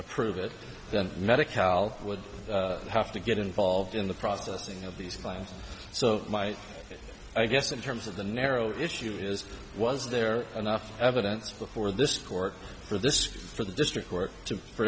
approve it then medic hal would have to get involved in the processing of these plans so my guess in terms of the narrow issue is was there enough evidence before this court for this for the district court